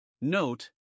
Note